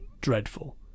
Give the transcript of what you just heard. dreadful